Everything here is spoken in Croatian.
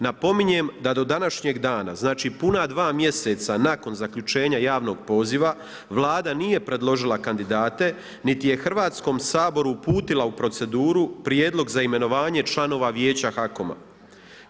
Napominjem da do današnjeg dana, znači puna dva mjeseca nakon zaključenja javnog poziva, Vlada nije predložila kandidate niti je Hrvatskom saboru uputila u proceduru prijedlog za imenovanje članova Vijeća HAKOM-a.